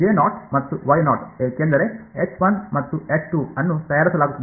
ಮತ್ತು ಏಕೆಂದರೆ H1 ಮತ್ತು H2 ಅನ್ನು ತಯಾರಿಸಲಾಗುತ್ತದೆ